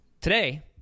Today